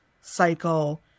cycle